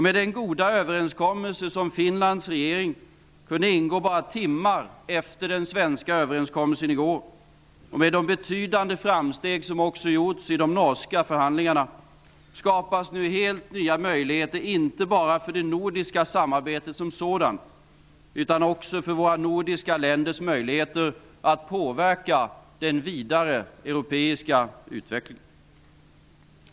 Med den goda överenskommelse som Finlands regering kunde ingå bara timmar efter den svenska överenskommelsen i går och med de betydande framsteg som också gjorts i de norska förhandlingarna, skapas nu helt nya möjligheter, inte bara för det nordiska samarbetet som sådant, utan också för våra nordiska länders möjligheter att påverka den vidare europeiska utvecklingen.